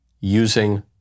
using